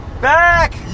back